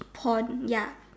pond ya